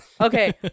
okay